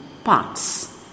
Parts